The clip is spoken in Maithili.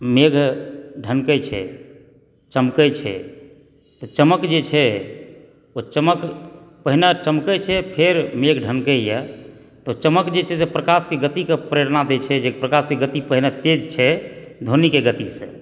मेघ ढ़नकै छै चमकै छै तऽ चमक जे छै ओ चमक पहिने चमकै छै फेर मेघ ढ़नकैए तऽ चमक जे छै से प्रकाशके गतिके प्रेरणा दए छै जे प्रकाशके गति पहिने तेज छै ध्वनिके गतिसंँ